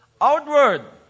Outward